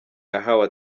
yahawe